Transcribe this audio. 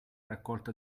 raccolta